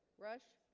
rush